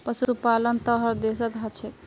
पशुपालन त हर देशत ह छेक